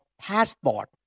passport